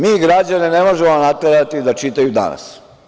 Mi građane ne možemo naterati da čitaju „Danas“